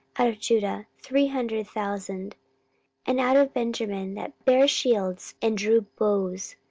out of judah three hundred thousand and out of benjamin, that bare shields and drew bows,